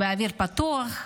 באוויר פתוח,